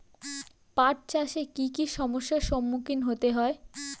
পাঠ চাষে কী কী সমস্যার সম্মুখীন হতে হয়?